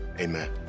amen